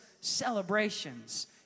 Celebrations